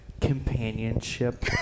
Companionship